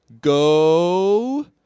Go